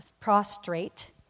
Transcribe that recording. prostrate